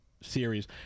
series